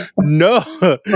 no